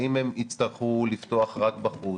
האם הם יצטרכו לפתוח רק בחוץ,